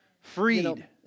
Freed